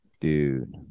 Dude